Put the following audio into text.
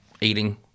eating